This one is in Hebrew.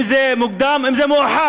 אם זה מוקדם, אם זה מאוחר,